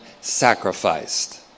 sacrificed